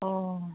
अ